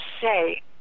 say